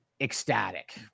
ecstatic